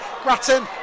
Grattan